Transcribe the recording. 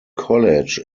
college